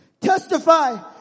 Testify